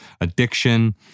addiction